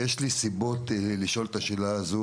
ויש לי סיבות לשאול את השאלה הזו